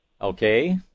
Okay